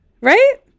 right